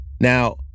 Now